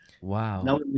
Wow